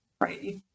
right